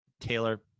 Taylor